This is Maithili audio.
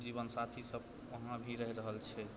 जीवन साथी सब वहाँ भी रहि रहल छै